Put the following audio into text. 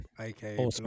aka